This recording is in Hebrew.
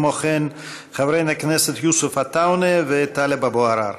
כמו כן, חברי הכנסת יוסף עטאונה וטלב אבו עראר.